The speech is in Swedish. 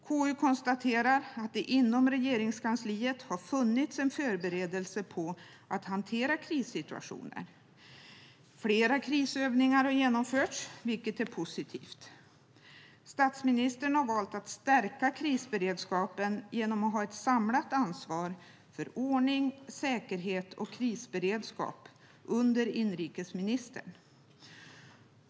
KU konstaterar att det inom Regeringskansliet har funnits en förberedelse för att hantera krissituationer. Flera krisövningar har genomförts, vilket är positivt. Statsministern har valt att stärka krisberedskapen genom att ha ett samlat ansvar för ordning, säkerhet och krisberedskap under inrikesministern.